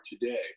today